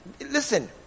Listen